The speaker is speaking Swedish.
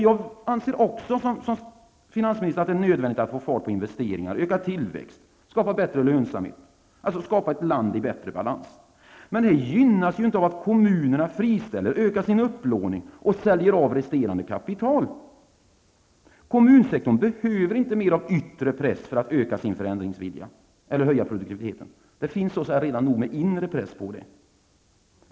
Jag anser också, som finansministern, att det är nödvändigt att få fart på investeringarna, öka tillväxten, skapa bättre lönsamhet, alltså åstadkomma ett land i bättre balans. Men det gynnas ju inte av att kommunerna friställer folk, ökar sin upplåning och säljer av resterande kapital! Kommunsektorn behöver inte mer av yttre press för att öka sin förändringsvilja eller höja produktiviteten. Det finns redan nog med ''inre'' press för att åstadkomma det.